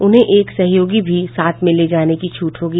उन्हें एक सहयोगी भी साथ ले जाने की छूट होगी